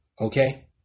Okay